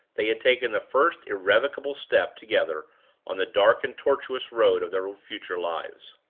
they had taken the first irrevocable step together on the dark and tortuous road of their future lives.